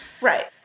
Right